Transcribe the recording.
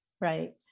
right